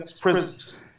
prisons